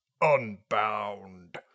Unbound